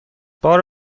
بار